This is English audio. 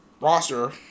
roster